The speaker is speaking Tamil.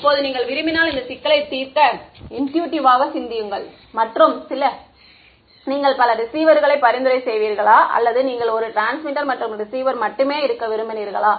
இப்போது நீங்கள் விரும்பினால் இந்த சிக்கலை தீர்க்க சிந்தியுங்கள் மற்றும் நீங்கள் பல ரிசீவர்களை பரிந்துரை செய்வீர்களா அல்லது நீங்கள் ஒரு டிரான்ஸ்மிட்டர் மற்றும் ரிசீவர் மட்டுமே இருக்க விரும்பினீர்களா